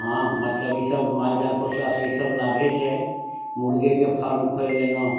हँ मतलब ई सब मालजाल पोसलासँ ई सब लाभे छै मुर्गेके फार्म खोलि लेलहुँ